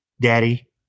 Daddy